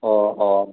অঁ অঁ